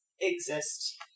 exist